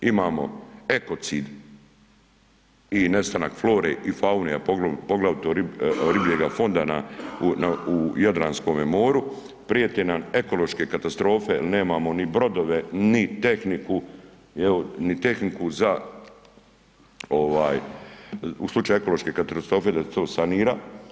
Imamo ekocid i nestanak flore i faune, a poglavito ribljega fonda u Jadranskome moru, prijete nam ekološke katastrofe jel nemamo ni brodove, ni tehniku u slučaju ekološke katastrofe da se to sanira.